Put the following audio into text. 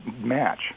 match